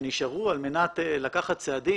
שנשארו על מנת לנקוט בצעדים.